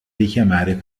richiamare